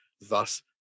thus